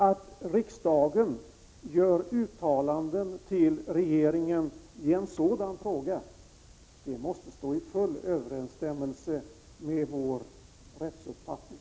Att riksdagen gör uttalanden till regeringen i en sådan fråga måste stå i full överensstämmelse med vår rättsuppfattning.